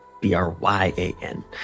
B-R-Y-A-N